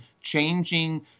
changing